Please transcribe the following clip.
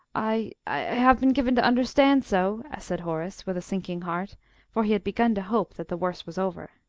i i have been given to understand so, said horace, with a sinking heart for he had begun to hope that the worst was over.